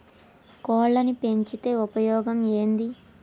కోళ్లని పెంచితే ఉపయోగం ఏంది?